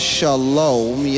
Shalom